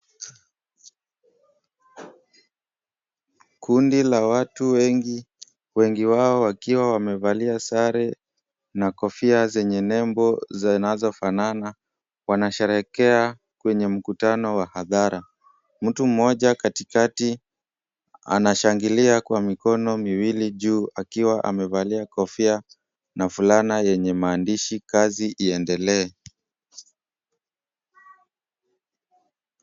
Kundi la watu wengi, wengi wao wakiwa wamevalia sare na kofia zenye nembo zinazofanana, wanasherehekea kwenye mkutano wa hadhara. Mtu mmoja katikati anashangilia kwa mikono miwili juu akiwa amevalia kofia na fulana yenye maandishi "kazi iendelee".